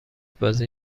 بازی